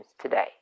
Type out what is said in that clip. today